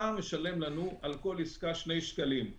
אתה משלם לנו על כל עסקה שני שקלים,